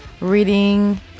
reading